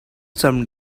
some